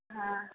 हँ